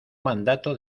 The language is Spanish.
mandato